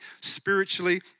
spiritually